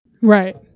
Right